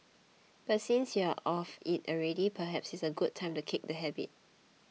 but since you are off it already perhaps it's a good time to kick the habit